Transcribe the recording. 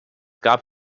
gab